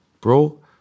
bro